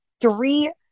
three